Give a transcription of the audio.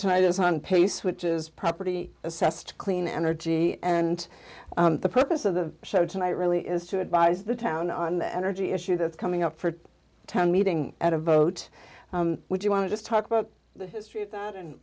is on pace which is property assessed clean energy and the purpose of the show tonight really is to advise the town on the energy issue that's coming up for town meeting at a vote would you want to just talk about the history